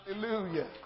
Hallelujah